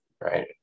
right